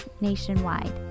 nationwide